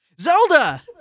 Zelda